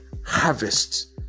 harvest